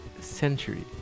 Century